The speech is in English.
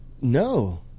No